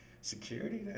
security